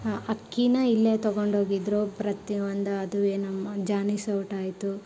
ಹಾಂ ಅಕ್ಕಿನ ಇಲ್ಲೇ ತೊಗೊಂಡು ಹೋಗಿದ್ದರು ಅವ್ರು ಪ್ರತಿಯಯೊಂದು ಅದುವೇ ನಮ್ಮ ಜಾನೆ ಸೌಟು ಆಯಿತು